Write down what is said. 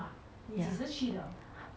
ya